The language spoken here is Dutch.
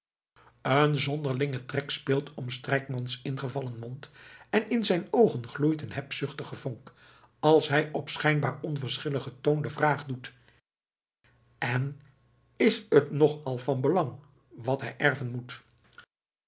een zonderlinge trek speelt om strijkmans ingevallen mond en in zijn oogen gloeit een hebzuchtige vonk als hij op schijnbaar onverschilligen toon de vraag doet en is het nogal van belang wat hij erven moet